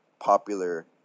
popular